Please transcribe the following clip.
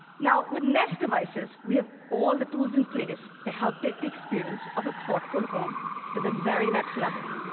now, with nest devices, we have all the tools in place to help take the experience of a thoughtful home to the very next level.